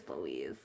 Louise